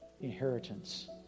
inheritance